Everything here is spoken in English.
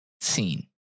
seen